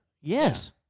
Yes